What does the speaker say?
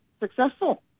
successful